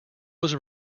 was